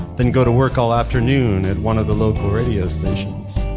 then go to work all afternoon at one of the local radio stations.